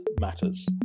Matters